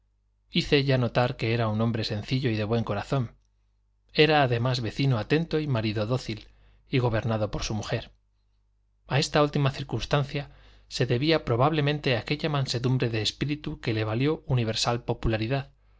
hice ya notar que era un hombre sencillo y de buen corazón era además vecino atento y marido dócil y gobernado por su mujer a esta última circunstancia se debía probablemente aquella mansedumbre de espíritu que le valió universal popularidad